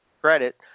credit